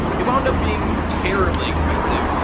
it wound up being terribly expensive,